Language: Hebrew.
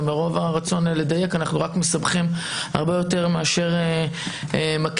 ומרוב הרצון לדייק אנחנו רק מסבכים הרבה יותר מאשר מקלים,